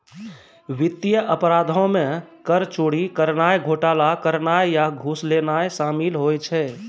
वित्तीय अपराधो मे कर चोरी करनाय, घोटाला करनाय या घूस लेनाय शामिल होय छै